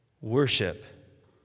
Worship